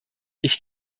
ich